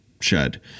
shed